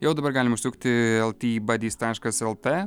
jau dabar galim užsukt į el ti badis taškas lt